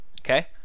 Okay